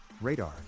Radar